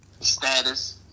status